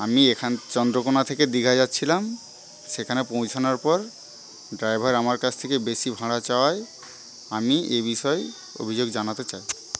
আমি এখান চন্দ্রকোনা থেকে দীঘা যাচ্ছিলাম সেখানে পৌঁছানোর পর ড্রাইভার আমার কাছ থেকে বেশী ভাড়া চাওয়ায় আমি এ বিষয়ে অভিযোগ জানাতে চাই